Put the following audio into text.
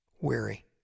weary